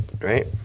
right